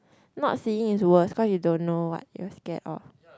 not seeing is worse cause you don't know what you are scared of